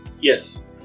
yes